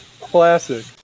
Classic